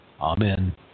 Amen